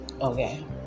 Okay